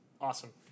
awesome